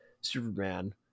Superman